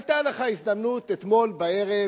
היתה לך הזדמנות אתמול בערב